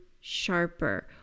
sharper